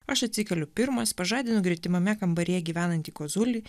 aš atsikeliu pirmas pažadinu gretimame kambaryje gyvenanti kozulį